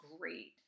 great